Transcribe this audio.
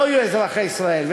לא יהיו אזרחי ישראל.